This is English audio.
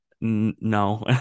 no